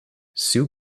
sue